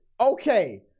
Okay